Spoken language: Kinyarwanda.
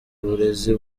uburezi